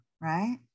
Right